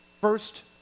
First